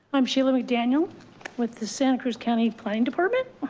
i'm sheila mcdaniel with the santa cruz county planning department.